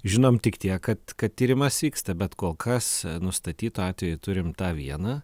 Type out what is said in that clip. žinom tik tiek kad kad tyrimas vyksta bet kol kas nustatytų atvejų turim tą vieną